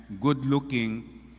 good-looking